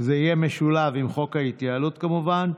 יואב סגלוביץ' כמובן,